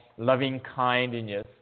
loving-kindness